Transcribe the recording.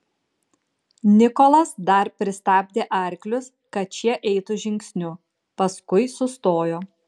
nikolas dar pristabdė arklius kad šie eitų žingsniu paskui sustojo